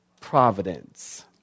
providence